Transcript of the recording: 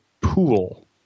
pool